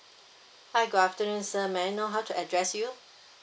hi good afternoon sir may I know how to address you